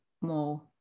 more